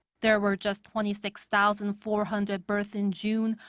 there were just twenty six thousand four hundred births in june,